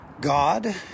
God